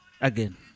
again